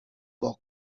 واق